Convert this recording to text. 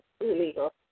illegal